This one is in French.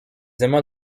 amants